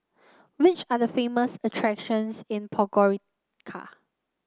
which are the famous attractions in Podgorica